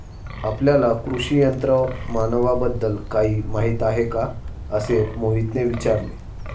आपल्याला कृषी यंत्रमानवाबद्दल काही माहिती आहे का असे मोहितने विचारले?